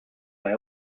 may